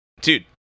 dude